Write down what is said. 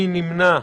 מי נמנע?